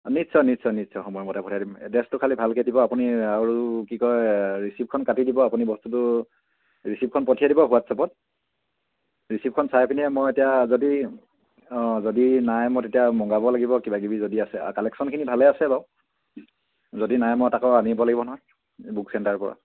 অঁ নিশ্চয় নিশ্চয় নিশ্চয় সময় মতে পঠিয়াই দিম এড্ৰেছটো খালী ভালকৈ দিব আপুনি আৰু কি কয় ৰিচিপ্টখন কাটি দিব আপুনি বস্তুটো ৰিচিপ্টখন পঠিয়াই দিব হোৱাটছআপত ৰিচিপ্টখন চাই পিনে মই এতিয়া যদি অঁ যদি নাই মই তেতিয়া মগাব লাগিব কিবাকিবি যদি আছে কালেকশচনখিনি ভালে আছে বাৰু যদি নাই মই আকৌ আনিব লাগিব নহয় বুক চেণ্টাৰপৰা